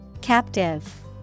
Captive